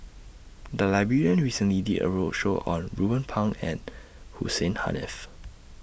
The Library recently did A roadshow on Ruben Pang and Hussein Haniff